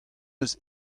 eus